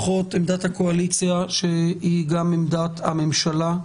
עמדת הקואליציה, שהיא גם עמדת הממשלה,